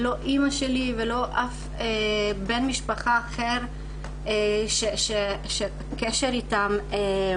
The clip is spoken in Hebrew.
לא אימא שלי ולא אף בן משפחה אחר שהקשר איתם כמעט אפסי,